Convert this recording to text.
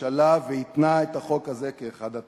הממשלה והתנה את החוק הזה כאחד התנאים.